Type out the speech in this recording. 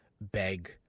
beg